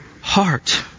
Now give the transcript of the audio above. heart